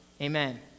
Amen